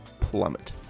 plummet